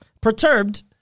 perturbed